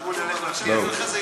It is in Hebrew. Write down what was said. שלוש דקות לרשותך,